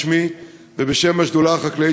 בשמי ובשם השדולה החקלאית,